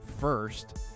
first